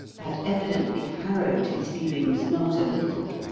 had evidently harrowed his feelings not a little,